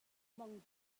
mang